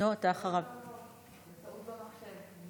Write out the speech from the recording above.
היום החשוב הזה, ולברך את כל נכי צה"ל.